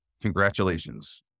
congratulations